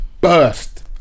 burst